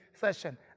session